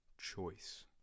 choice